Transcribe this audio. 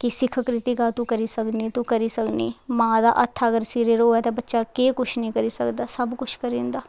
कि सिक्ख परितिका तूं करी सकनी तूं करी सकनी अगर मां दा हत्थ सिरै पर होऐ तां बच्चा केह् निं करी सकदा सब कुछ करी सकदा